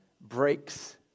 breaks